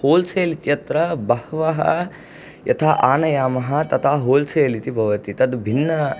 wholesale इत्यत्र बहवः यथा आनयामः तथा होल्सेल् इति भवति तद् भिन्नः